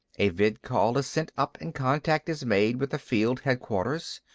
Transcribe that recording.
a vidcall is sent up and contact is made with a field headquarters.